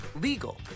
legal